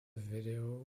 video